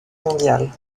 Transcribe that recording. mondiale